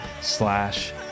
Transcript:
slash